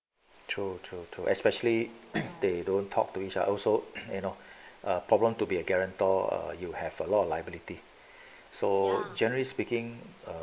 true true too especially they don't talk to each other also and know problem to be a guarantor or you have a lot of liability so generally speaking uh